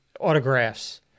autographs